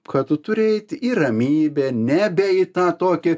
kad tu turi eiti į ramybę nebe į tą tokį